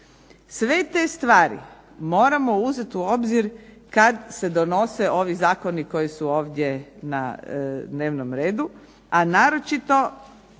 Sve te stvari moramo uzeti u obzir kada se donose ovi zakoni koji su ovdje na dnevnom redu, a naročito